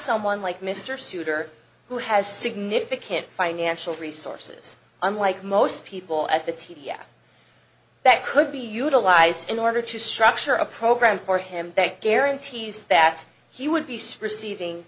someone like mr souter who has significant financial resources unlike most people at the t v s that could be utilized in order to structure a program for him that guarantees that he would be